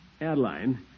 Adeline